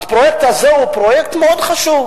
הפרויקט הזה הוא פרויקט מאוד חשוב,